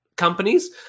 Companies